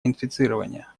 инфицирования